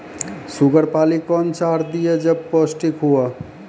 Sugar पाली कौन चार दिय जब पोस्टिक हुआ?